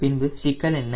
பின்பு சிக்கல் என்ன